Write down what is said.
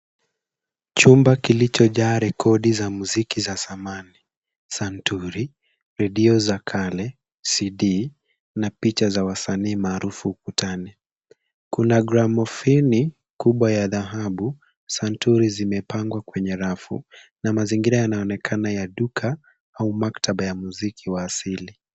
Chumba kilichojaa rekodi za muziki za zamani, santuri, redio za kale, CD na picha za wasanii maarufu ukutani. Kuna gramafoni kubwa ya dhahabu, santuri zimepangwa kwenye rafu na mazingira yanaonekana ya duka au maktaba ya muziki wa asili.